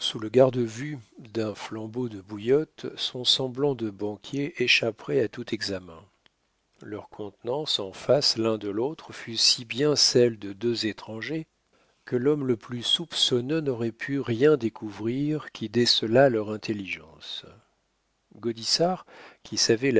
sous le garde-vue d'un flambeau de bouillotte son semblant de banquier échapperait à tout examen leur contenance en face l'un de l'autre fut si bien celle de deux étrangers que l'homme le plus soupçonneux n'aurait pu rien découvrir qui décelât leur intelligence gaudissart qui savait la